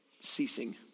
ceasing